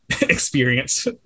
experience